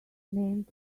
named